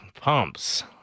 pumps